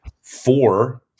four